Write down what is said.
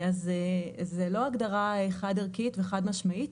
זה לא הגדרה חד ערכית וחד משמעית.